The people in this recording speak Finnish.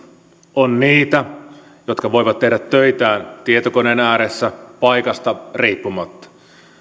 on niitä jotka voivat tehdä töitään tietokoneen ääressä paikasta riippumatta